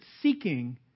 seeking